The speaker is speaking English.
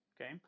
Okay